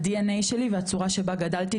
ה- DNA שלי והצורה שבה גדלתי,